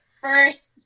first